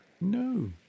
No